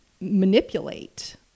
manipulate